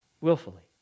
Willfully